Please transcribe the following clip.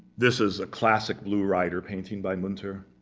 this is a classic blue rider painting by munter,